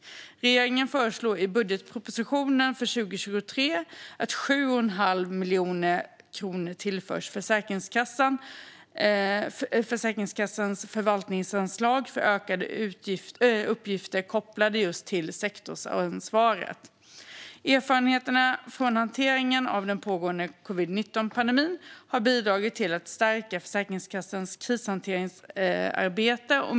Regeringen föreslår i budgetpropositionen för 2023 att 7,5 miljoner kronor tillförs Försäkringskassans förvaltningsanslag för ökade uppgifter kopplade just till sektorsansvaret. Erfarenheterna från hanteringen av den pågående covid-19-pandemin har bidragit till att stärka Försäkringskassans krishanteringsarbete.